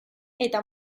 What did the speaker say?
eta